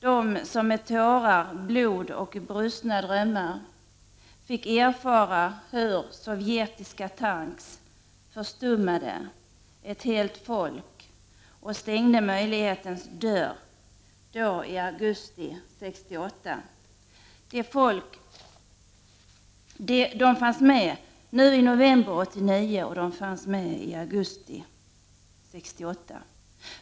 De, som med tårar, blod och brustna drömmar fick erfara hur sovjetiska tanks förstummade ett helt folk och stängde möjlighetens dörr, då i augusti 1968 — de fanns med nu i november 1989, och de fanns med i augusti 1968.